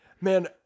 Man